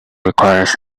requires